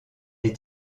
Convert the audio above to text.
est